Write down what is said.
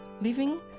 living